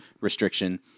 restriction